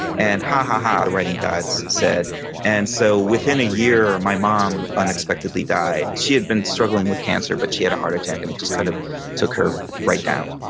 and, ha, ha, ha, the writing gods said and so within a year, my mom unexpectedly died. she had been struggling with cancer but she had a heart attack and it just kind of took her right down.